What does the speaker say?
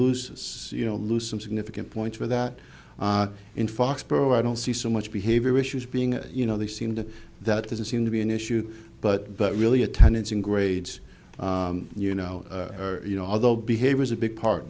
lose you know lose some significant points for that in foxboro i don't see so much behavior issues being you know they seem to that doesn't seem to be an issue but but really attendance in grades you know you know although behavior is a big part